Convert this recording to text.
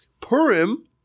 Purim